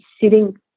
sitting